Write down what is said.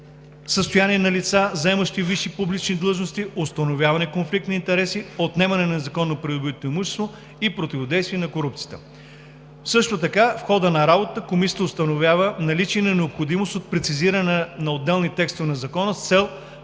състояние на лица, заемащи висши публични длъжности, установяване конфликт на интереси, отнемане на незаконно придобитото имущество и противодействие на корупцията. Също така в хода на работа Комисията установява наличие на необходимост от прецизиране на отделни текстове на Закона, с цел